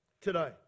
today